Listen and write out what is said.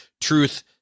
truth